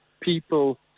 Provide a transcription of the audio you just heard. people